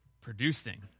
producing